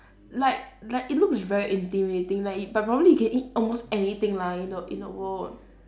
like like it looks very intimidating like but probably you can eat almost anything lah in the in the world